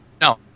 No